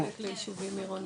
עניבות חנק ליישובים עירוניים?